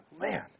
man